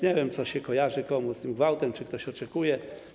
Nie wiem, co się kojarzy komu z gwałtem, czy ktoś oczekuje.